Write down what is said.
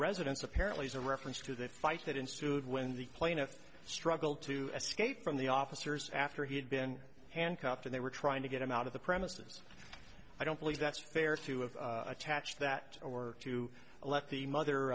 residence apparently is a reference to that fight that ensued when the plaintiff struggled to escape from the officers after he had been handcuffed and they were trying to get him out of the premises i don't believe that's fair to of attach that or to let the mother